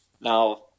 Now